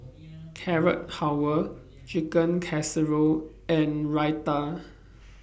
Carrot Halwa Chicken Casserole and Raita